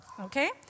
Okay